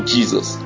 Jesus